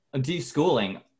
de-schooling